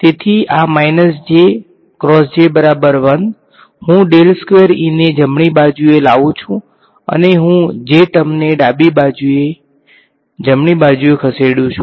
તેથી આ હું ને જમણી બાજુએ લાવું છું અને હું આ J ટર્મને ડાબી બાજુએ જમણી બાજુએ ખસેડું છું